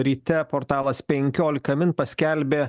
ryte portalas penkiolika min paskelbė